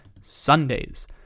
Sundays